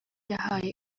yahaye